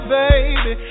baby